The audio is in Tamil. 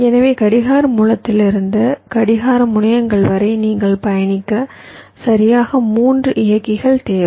எனவே கடிகார மூலத்திலிருந்து கடிகார முனையங்கள் வரை நீங்கள் பயணிக்க சரியாக 3 இயக்கிகள் தேவை